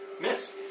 Miss